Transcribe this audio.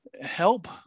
help